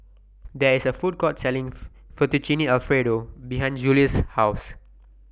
There IS A Food Court Selling Fettuccine Alfredo behind Julious' House